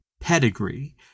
pedigree